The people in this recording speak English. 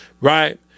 right